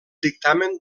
dictamen